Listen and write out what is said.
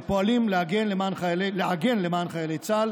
פועלים לעגן למען חיילי צה"ל